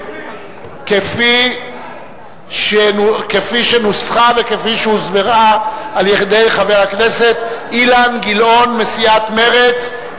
כפי שנוסחה וכפי שהוסברה על-ידי חבר הכנסת אילן גילאון מסיעת מרצ.